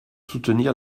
soutenir